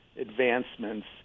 advancements